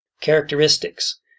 Characteristics